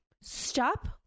stop